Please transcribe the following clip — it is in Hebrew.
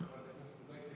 חברת הכנסת,